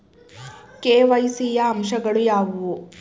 KYC ಯ ಅಂಶಗಳು ಯಾವುವು?